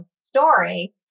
story